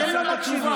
אני מנסה לתת תשובה.